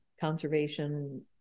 conservation